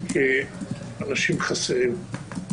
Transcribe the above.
כאנשים חסרים.